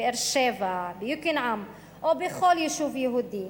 בבאר-שבע, ביוקנעם או בכל יישוב יהודי,